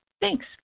Thanks